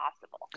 possible